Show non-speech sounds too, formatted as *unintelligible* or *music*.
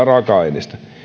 *unintelligible* raaka aineesta